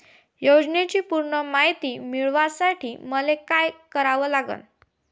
योजनेची पूर्ण मायती मिळवासाठी मले का करावं लागन?